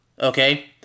okay